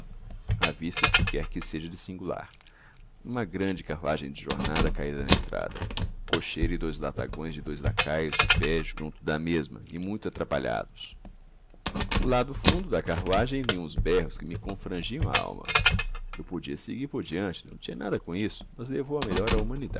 svietozerskaia avisto o que quer que seja de singular uma grande carruagem de jornada caída na estrada o cocheiro e dois latagões de dois lacaios de pé junto da mesma e muito atrapalhados lá do fundo da carruagem vinham uns bérros que me confrangiam a alma eu podia seguir por deante não tinha nada com isso mas levou a melhor